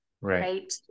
right